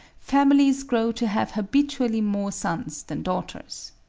families grow to have habitually more sons than daughters.